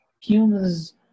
humans